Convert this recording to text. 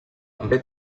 també